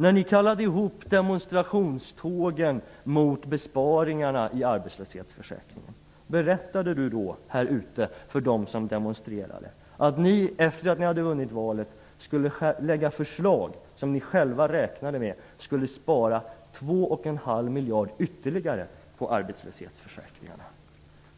När ni kallade ihop demonstrationstågen mot besparingarna i arbetslöshetsförsäkringen, berättade Ingela Thalén då här utanför riksdagshuset för dem som demonstrerade att ni efter det att ni hade vunnit valet skulle lägga fram förslag som ni själva räknade med skulle spara 2,5 miljard ytterligare på arbetslöshetsförsäkringarna?